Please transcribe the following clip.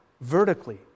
vertically